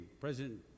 President